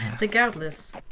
Regardless